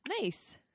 nice